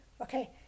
Okay